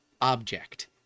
object